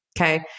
Okay